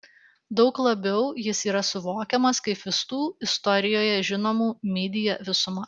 daug labiau jis yra suvokiamas kaip visų istorijoje žinomų media visuma